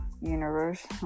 universe